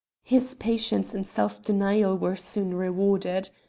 his patience and self-denial were soon rewarded.